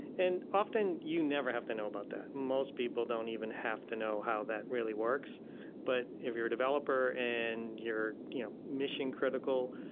and often, you never have to know about that. most people don't even have to know how that really works but if you're a developer and your you know mission-critical,